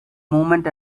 moment